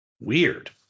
Weird